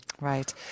right